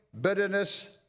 bitterness